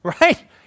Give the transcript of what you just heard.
right